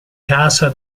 casa